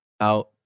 out